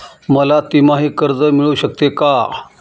मला तिमाही कर्ज मिळू शकते का?